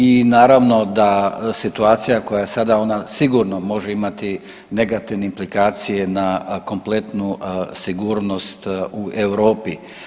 I naravno da situacija koja je sada ona sigurno može imati negativne implikacije na kompletnu sigurnost u Europi.